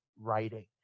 writing